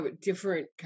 different